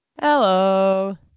Hello